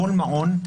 כל מעון,